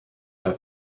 her